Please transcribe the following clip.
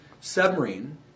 submarine